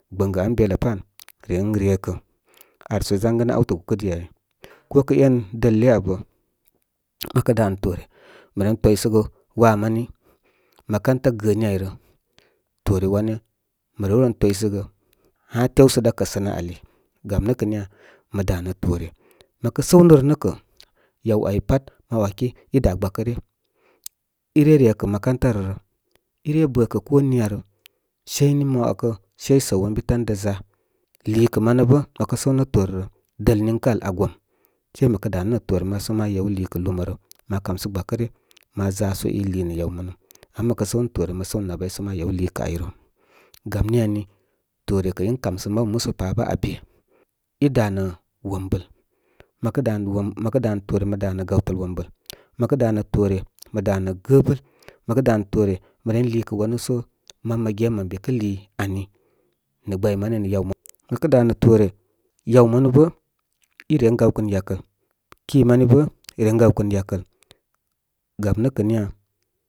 Gbəngə an belə pá an. Ren re kəꞌ ar sə ʒan gənə’ awtə gokə dì dīy. Ko kə’ e’n dəle abə məkə danə toore, mə ren toysə gə waa mani makauta gəəni áy rə toore wane. Mə rew ren toysə gə ha tew sə da’ kəsərə ali. Gam nə’ kə́ niya mə danə toore. Mə kə’ səw ni rə nə’ kə’ yaw āy pat ma ewaki ī dá gbakə ryə í re’ re kə makauta rə rə, í re bə̀ kə’ koniya rə. Sei nī ma wakə seî səw ən bī tan da’ ʒa. Lììkə manə bə’i məkə səwnə’ toore rəl dəl niŋkə àl aa gòm. Seī mə kə dā nə’ nə’ toore ma sə ma yew lììkə lumarə, ma kamsə gbakə ryə, ma ʒa so í lìì nə’ yaw manu. Ama məkə sə w nə’ toore rə, mə sə w nə nabay sə ma yew liikə áy rə. Gam ni ami toore kəꞌ in kam sə mabu musə pa bə’ aa be’ í dá nə̀ wombəl. Məkə dà nə̀ wombə məkə danə toore mə dà nə gawtəl wombəl, mə kə dā nə̍ da’ nə’ toore mə lììkə̀ wanú sə man mə ge mən be kə lìì ani, nə gbaymawi nə’ yaw-manu. Mə kə danə da’ nə̀ toore, yaw manu bə’ í ren gawkə nə̀ yakəl. Kí mani bə ren gaw kə nə’ yakəl. Gam nə’ kə niya?